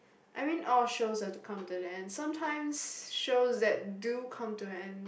I mean all shows have to come to the end sometimes shows that do come to an end